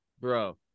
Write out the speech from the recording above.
bro